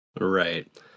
Right